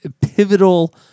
pivotal